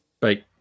Bye